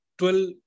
12